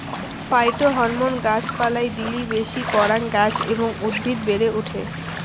phytohormone গাছ পালায় দিলি বেশি করাং গাছ এবং উদ্ভিদ বেড়ে ওঠে